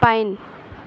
pine